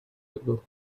ago